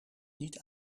niet